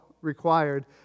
required